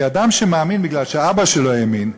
כי אדם שמאמין בגלל שאבא שלו האמין,